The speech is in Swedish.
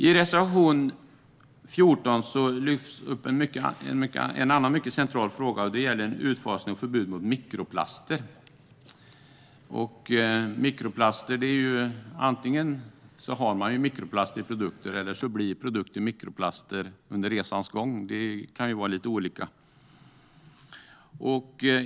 I reservation 14 lyfts en annan mycket central fråga fram. Den gäller en utfasning av och förbud mot mikroplaster. Antingen har man mikroplaster i produkter, eller också blir produkter mikroplaster under resans gång. Det kan vara lite olika.